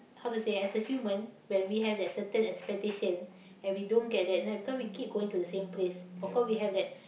how to say as a human when we have that certain expectation and we don't get that then because we keep going to the same place of course we have that